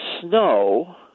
snow